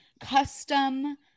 custom